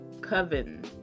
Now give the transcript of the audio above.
Coven